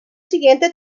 siguiente